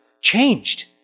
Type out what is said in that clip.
changed